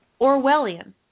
Orwellian